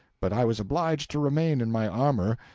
but i was obliged to remain in my armor,